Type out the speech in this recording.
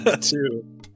Two